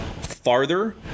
farther